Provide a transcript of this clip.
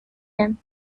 him